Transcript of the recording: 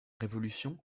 révolution